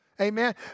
amen